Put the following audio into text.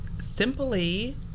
simply